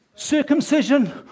circumcision